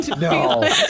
No